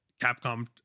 Capcom